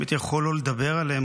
הייתי יכול לא הייתי מדבר עליהם,